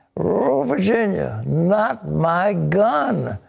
virginia, not my gun.